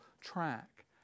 track